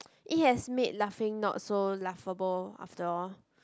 eat as mad laughing not so laughable after all